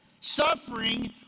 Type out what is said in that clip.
Suffering